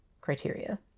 criteria